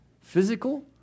physical